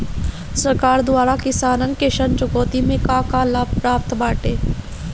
सरकार द्वारा किसानन के ऋण चुकौती में का का लाभ प्राप्त बाटे?